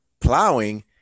plowing